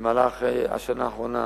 במהלך השנה האחרונה